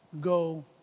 Go